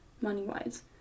money-wise